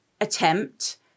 attempt